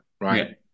right